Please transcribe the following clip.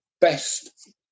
best